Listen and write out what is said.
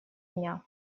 дня